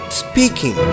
speaking